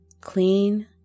Clean